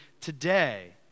today